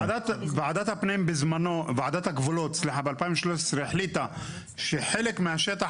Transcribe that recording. ועדת הגבולות ב-2013 החליטה שחלק מהשטח